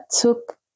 took